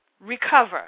recover